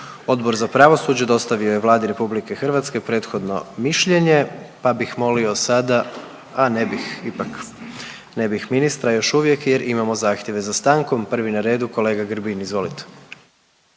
Odbor za pravosuđe dostavio je Vladi RH prethodno mišljenje, pa bih molio sada, a ne bih ipak ne bi ministra još uvijek jer imamo zahtjeve za stankom. Prvi na redu kolega Grbin, izvolite.